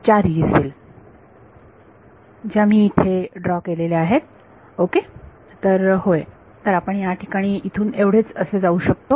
4 यी सेल ज्या मी इथे ड्रॉ केल्या आहेत ओके तर होय तर आपण या ठिकाणी इथून एवढेच असे जाऊ शकतो